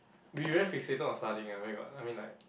we very fixated on studying ah where got I mean like